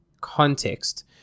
context